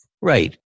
Right